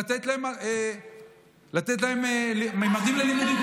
לתת להם את ממדים ללימודים,